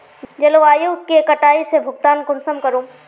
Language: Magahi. जलवायु के कटाव से भुगतान कुंसम करूम?